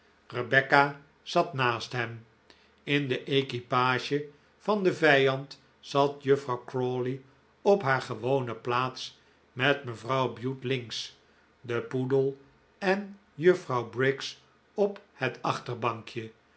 rebecca zat naast hem in de equipage van den vijand zat juffrouw crawley op haar gewone plaats met mevrouw bute links de poedel en juffrouw briggs op het achterbankje